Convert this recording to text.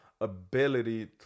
ability